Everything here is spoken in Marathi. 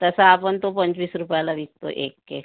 तसं आपण तो पंचवीस रुपयाला विकतो एक केक